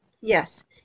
Yes